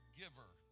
giver